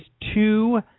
two